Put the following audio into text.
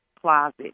Closet